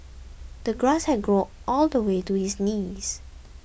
the grass had grown all the way to his knees